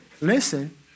listen